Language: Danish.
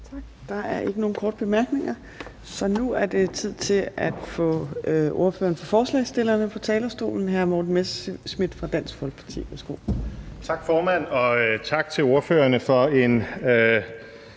Der er ikke nogen korte bemærkninger, så nu er det tid til at få ordføreren for forslagsstillerne på talerstolen. Hr. Morten Messerschmidt fra Dansk Folkeparti, værsgo. Kl. 15:09 (Ordfører for